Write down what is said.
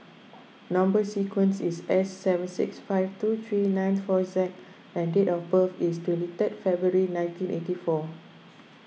Number Sequence is S seven six five two three nine four Z and date of birth is twenty third February nineteen eighty four